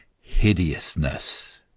hideousness